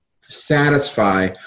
satisfy